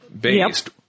based